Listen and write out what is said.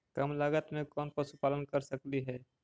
कम लागत में कौन पशुपालन कर सकली हे?